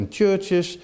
churches